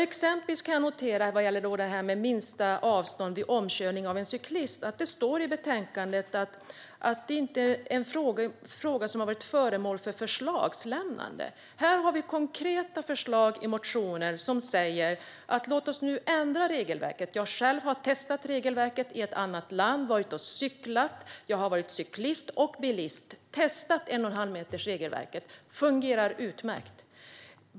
Exempelvis kan jag notera att det vad gäller det här med minsta avstånd vid omkörning av en cyklist står i betänkandet att "detta inte är en fråga som har varit föremål för förslagslämnande". Men här har vi konkreta förslag i motioner som säger: Låt oss nu ändra regelverket! Jag har själv testat en och en halv meter-regelverket i ett annat land som både cyklist och bilist, och det fungerar utmärkt.